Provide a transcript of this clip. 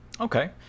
Okay